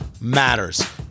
matters